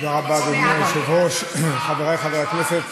אדוני היושב-ראש, חבריי חברי הכנסת,